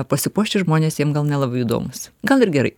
pasipuošę žmonės jiem gal nelabai įdomūs gal ir gerai